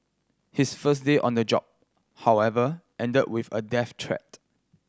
his first day on the job however ended with a death threat